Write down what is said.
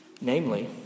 Namely